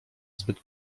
zbyt